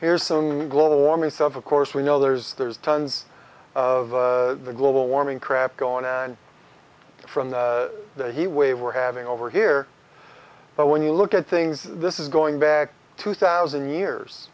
here's some global warming self of course we know there's there's tons of the global warming crap going on from the he way we're having over here but when you look at things this is going back two thousand years